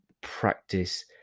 practice